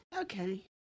Okay